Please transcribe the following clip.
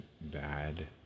bad